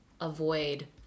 avoid